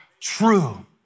true